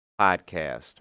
podcast